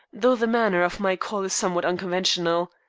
though the manner of my call is somewhat unconventional.